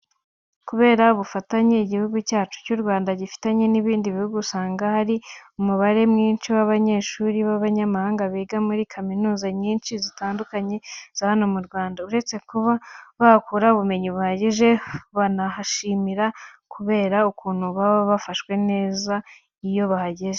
Kubera ubufatanye Igihugu cyacu cy'U Rwanda gifitanye n'ibindi bihugu, usanga hari umubare mwinshi w'abanyeshuri b'abanyamahanga biga muri kaminuza nyinshi zitandukanye za hano mu Rwanda. Uretse kuba bahakura ubumenyi buhagije, baranahishimira kubera ukuntu baba bafashwe neza iyo bahageze.